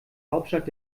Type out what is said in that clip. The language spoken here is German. hauptstadt